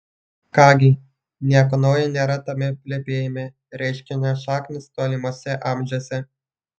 ką gi nieko naujo nėra tame plepėjime reiškinio šaknys tolimuose amžiuose